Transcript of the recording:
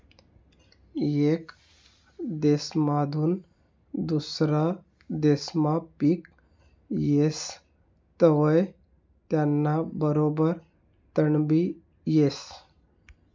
येक देसमाधून दुसरा देसमा पिक येस तवंय त्याना बरोबर तणबी येस